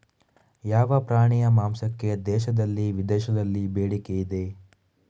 ಯಾವ ಪ್ರಾಣಿಯ ಮಾಂಸಕ್ಕೆ ದೇಶದಲ್ಲಿ ವಿದೇಶದಲ್ಲಿ ಬೇಡಿಕೆ ಇದೆ?